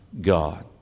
God